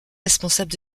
responsable